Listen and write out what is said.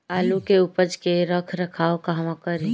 आलू के उपज के रख रखाव कहवा करी?